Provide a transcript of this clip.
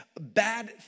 bad